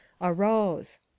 arose